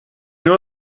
nur